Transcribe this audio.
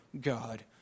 God